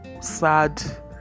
sad